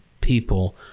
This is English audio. people